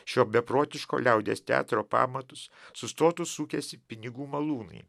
šio beprotiško liaudies teatro pamatus sustotų sukęsi pinigų malūnai